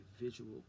visual